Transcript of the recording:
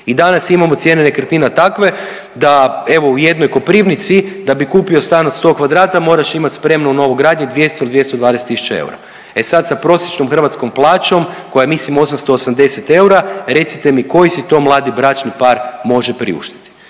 i danas imamo cijene nekretnina takve da evo u jednoj Koprivnici da bi kupio stan od 100 kvadrata moraš imat spremno u novogradnji 200 ili 220 tisuća eura. E sad sa prosječnom hrvatskom plaćom koja je mislim 880 eura recite mi koji si to mladi bračni par može priuštiti.